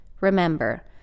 Remember